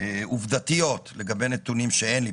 עובדתיות לגבי נתונים שאין לי.